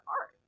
art